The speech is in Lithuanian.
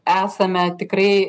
esame tikrai